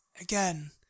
again